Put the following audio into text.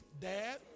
Dad